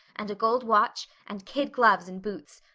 and a gold watch, and kid gloves and boots.